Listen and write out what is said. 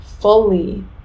fully